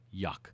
yuck